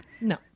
no